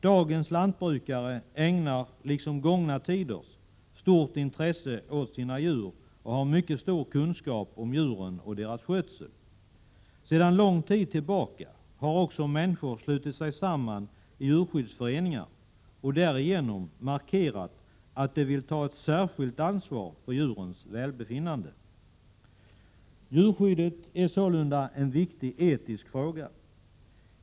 Dagens lantbrukare ägnar, liksom gångna tiders, stort intresse åt sina djur och har mycket stor kunskap om djuren och deras skötsel. Sedan lång tid tillbaka har också människor slutit sig samman i djurskyddsföreningar och därigenom markerat att de vill ta ett särskilt ansvar för djurens välbefinnande. Djurskyddet är sålunda en viktig etisk fråga.